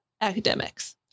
academics